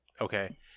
Okay